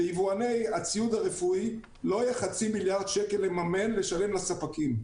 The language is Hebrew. ליבואני הציוד הרפואי לא יהיה חצי מיליארד שקל לממן ולשלם לספקים.